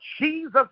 Jesus